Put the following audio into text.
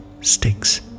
sticks